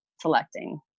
selecting